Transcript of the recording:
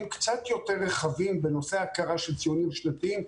קצת יותר רחבים בנושא הכרה של שציונים שנתיים,